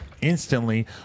instantly